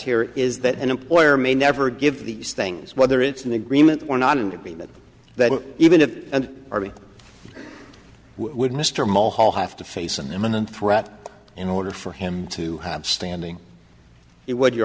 here is that an employer may never give these things whether it's an agreement or not and be that that even if an army would mr maule hall have to face an imminent threat in order for him to have standing it what you